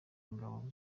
ingabo